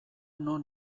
non